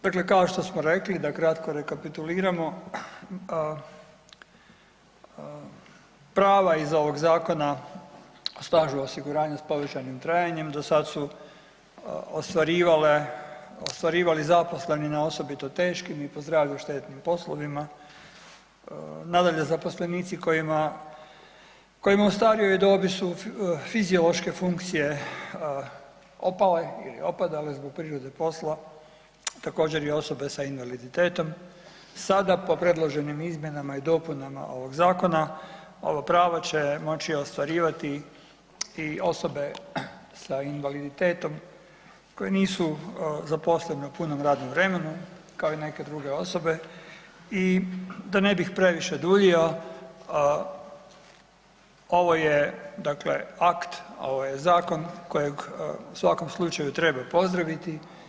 Dakle kao što smo rekli da kratko rekapituliramo, prava iz ovog Zakona o stažu osiguranja s povećanim trajanjem do sad su ostvarivali zaposleni na osobito teškim i po zdravlje štetnim poslovima, nadalje zaposlenici kojima u starijoj dobi su fiziološke opale ili opadale zbog prirode posla, također i osobe sa invaliditetom, sada po predloženim izmjenama i dopunama ovog zakona ovo pravo će moći ostvarivati i osobe sa invaliditetom koje nisu zaposlene u punom radnom vremenu kao i neke druge osobe i da ne bih previše duljio ovo je dakle akt ovaj zakon kojeg u svakom slučaju treba pozdraviti.